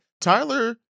Tyler